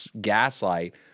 gaslight